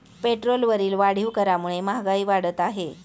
पेट्रोलवरील वाढीव करामुळे महागाई वाढत आहे